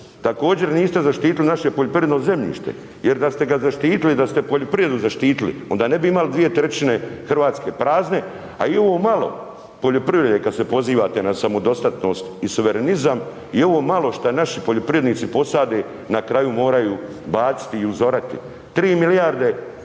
Također, niste zaštitili naše poljoprivredno zemljište jer da ste ga zaštitili, da ste poljoprivredu zaštitili onda ne bi imali 2/3 Hrvatske prazne, a i ovo malo poljoprivrede kad se pozivate na samodostatnost i suverenizam i ovo malo što naši poljoprivrednici posade na kraju moraju baciti i uzorati. 3 milijarde EUR-a uvozimo